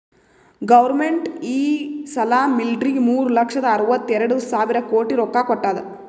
government ಈ ಸಲಾ ಮಿಲ್ಟ್ರಿಗ್ ಮೂರು ಲಕ್ಷದ ಅರ್ವತ ಎರಡು ಸಾವಿರ ಕೋಟಿ ರೊಕ್ಕಾ ಕೊಟ್ಟಾದ್